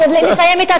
רק לסיים את הציטוט,